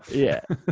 yeah,